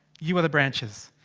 you are the branches.